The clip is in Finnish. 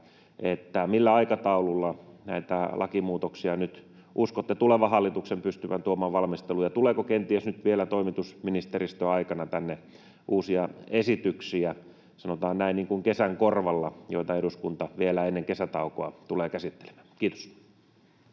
siitä, millä aikataululla näitä lakimuutoksia nyt uskotte tulevan hallituksen pystyvän tuomaan valmisteluun, ja tuleeko kenties nyt vielä toimitusministeristön aikana tänne uusia esityksiä, sanotaan näin, niin kuin kesän korvalla, joita eduskunta vielä ennen kesätaukoa tulee käsittelemään? — Kiitos.